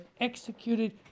executed